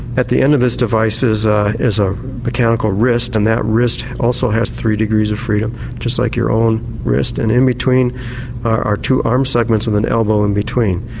at the end of this device is ah a ah mechanical wrist and that wrist also has three degrees of freedom just like your own wrist, and in between are two arm segments with an elbow in between.